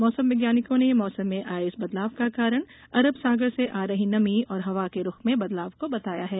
मौसम वैज्ञानिकों ने मौसम में आये इस बदलाव का कारण अरब सागर से आ रही नमी और हवा के रूख में बदलाव को बताया है